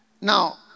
Now